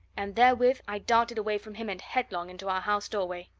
and therewith i darted away from him and headlong into our house doorway.